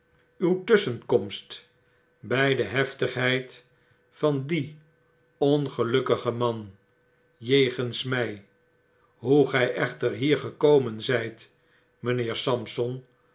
uw tusschenkorast by de heftigheid van dien ongelukkigen man jegens my hoe gy echter hier gekomen zijt mjjnheer sampson